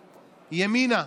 ימינה,